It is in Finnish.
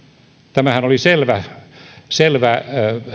tämähän oli selvä